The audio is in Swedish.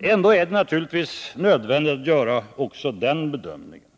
Ändå är det naturligtvis nödvändigt att göra också den bedömningen.